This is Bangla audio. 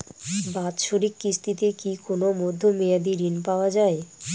বাৎসরিক কিস্তিতে কি কোন মধ্যমেয়াদি ঋণ পাওয়া যায়?